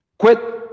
Quit